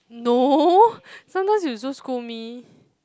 no sometimes you also scold me